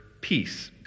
peace